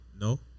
No